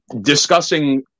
discussing